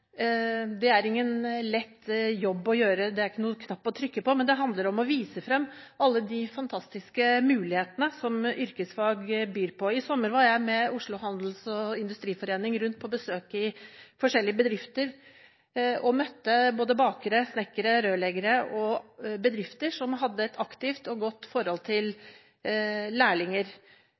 det er ingen lett jobb å gjøre. Det er ikke noen knapp å trykke på, men det handler om å vise frem alle de fantastiske mulighetene som yrkesfag byr på. I sommer var jeg med Oslo Håndverks- og Industriforening rundt på besøk i forskjellige bedrifter og møtte både bakere, snekkere, rørleggere – bedrifter som hadde et aktivt og godt forhold til lærlinger,